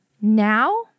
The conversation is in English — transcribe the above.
Now